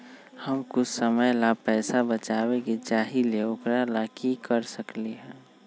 हम कुछ समय ला पैसा बचाबे के चाहईले ओकरा ला की कर सकली ह?